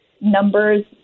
numbers